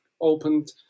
opened